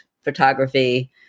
photography